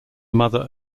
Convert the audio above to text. mother